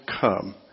come